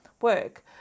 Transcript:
work